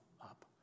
up